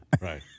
Right